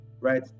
right